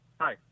Hi